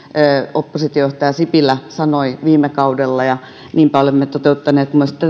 oppositiojohtaja sipilä sanoi viime kaudella ja niinpä olemme toteuttaneet myös